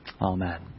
Amen